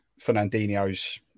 Fernandinho's